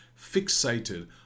fixated